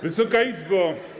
Wysoka Izbo!